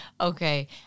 Okay